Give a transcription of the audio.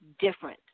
different